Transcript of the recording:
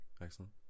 excellent